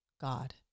God